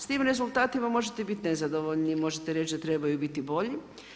S tim rezultatima možete biti nezadovoljni, možete reći da trebaju biti bolji.